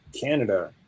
Canada